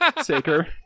saker